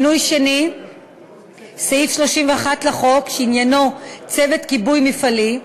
2. סעיף 31 לחוק, שעניינו צוות כיבוי מפעלי,